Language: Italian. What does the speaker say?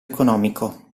economico